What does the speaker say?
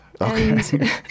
Okay